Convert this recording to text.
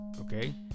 Okay